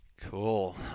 cool